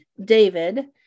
David